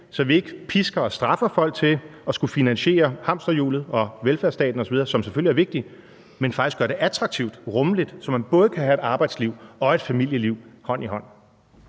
så vi ikke pisker og straffer folk til at skulle finansiere hamsterhjulet, velfærdsstaten osv., som selvfølgelig er vigtigt, men så vi faktisk gør det attraktivt og rummeligt, så man kan have både et arbejdsliv og et familieliv til at gå hånd